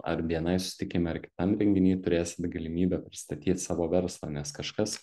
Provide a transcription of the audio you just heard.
ar bni susitikime ar kitam renginy turėsit galimybę pristatyt savo verslą nes kažkas